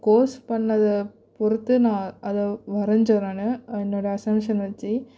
course பண்ணதை பொறுத்து நான் அதை வரைஞ்சேன் நான் என்னோடய அஸம்ப்ஷன் வெச்சு